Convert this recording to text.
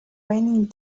raining